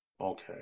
Okay